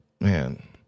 Man